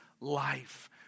life